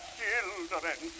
children